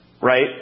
right